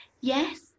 Yes